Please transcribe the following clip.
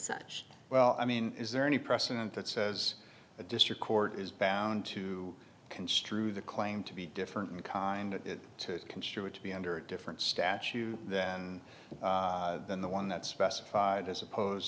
such well i mean is there any precedent that says the district court is bound to construe the claim to be different in kind of construed to be under a different statute than than the one that specified as opposed